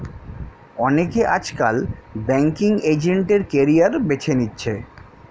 অনেকে আজকাল banking agent এর ক্যারিয়ার বেছে নিচ্ছে